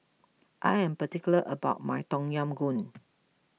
I am particular about my Tom Yam Goong